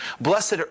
Blessed